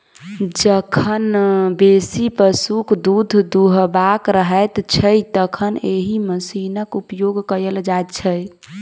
जखन बेसी पशुक दूध दूहबाक रहैत छै, तखन एहि मशीनक उपयोग कयल जाइत छै